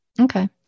Okay